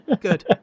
good